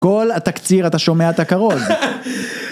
כל התקציר אתה שומע את הכרוז.